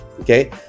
okay